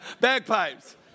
bagpipes